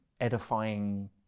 edifying